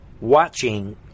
watching